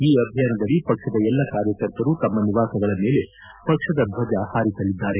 ಈ ಅಭಿಯಾನದಡಿ ಪಕ್ಷದ ಎಲ್ಲಾ ಕಾರ್ಯಕರ್ತರು ತಮ್ಮ ನಿವಾಸಗಳ ಮೇಲೆ ಪಕ್ಷದ ಧ್ವಜ ಹಾರಿಸಲಿದ್ದಾರೆ